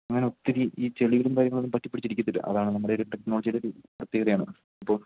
അങ്ങനെ ഒത്തിരി ഈ ചെളികളും കാര്യങ്ങൾ ഒന്നും പറ്റിപ്പിടിച്ചിരിക്കത്തില്ല അതാണ് നമ്മുടെ ഒരു ടെക്നോളജീടെ ഒരു പ്രത്യേകതയാണ് ഇപ്പോൾ